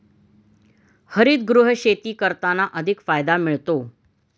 हरितगृह शेती करताना अधिक फायदा मिळतो